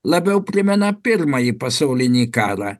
labiau primena pirmąjį pasaulinį karą